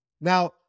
Now